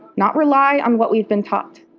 not rely on what we've been taught.